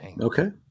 Okay